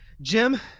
Jim